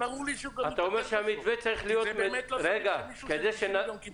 שברור לי שהוא --- בסוף כי זה לא סביר שמי של 90 מיליון קיבל,